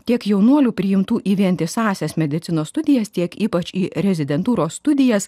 tiek jaunuolių priimtų į vientisąsias medicinos studijas tiek ypač į rezidentūros studijas